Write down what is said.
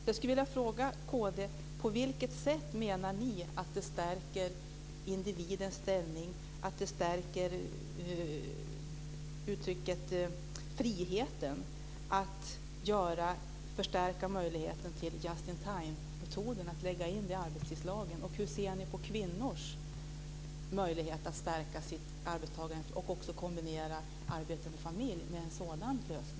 Jag skulle vilja fråga kd: På vilket sätt menar ni att det stärker individens ställning och friheten att öka möjligheten till just-in-time-metoden och lägga in det i arbetstidslagen? Hur ser ni på kvinnors möjlighet att stärka sin ställning som arbetstagare och också kombinera arbete med familj med en sådan lösning?